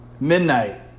midnight